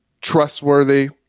trustworthy